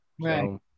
Right